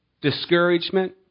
discouragement